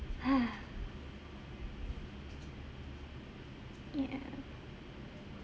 !huh! yeah